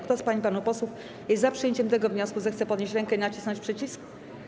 Kto z pań i panów posłów jest za przyjęciem tego wniosku, zechce podnieść rękę i nacisnąć przycisk.